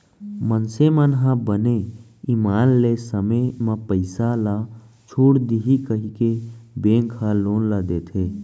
मइनसे मन ह बने ईमान ले समे म पइसा ल छूट देही कहिके बेंक ह लोन ल देथे